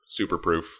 superproof